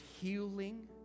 healing